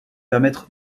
permettre